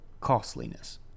costliness